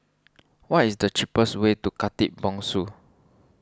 what is the cheapest way to Khatib Bongsu